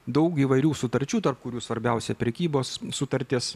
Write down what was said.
daug įvairių sutarčių tarp kurių svarbiausia prekybos sutartis